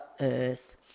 earth